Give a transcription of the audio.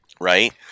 Right